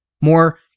More